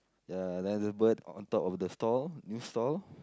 ya there's a bird on top of the store new store